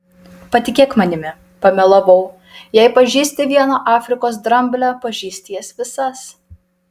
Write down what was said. patikėk manimi pamelavau jei pažįsti vieną afrikos dramblę pažįsti jas visas